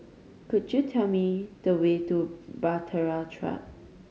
could you tell me the way to Bahtera Track